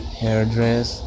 hairdress